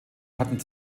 hatten